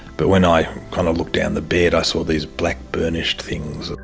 but when i kind of looked down the bed i saw these black burnished things,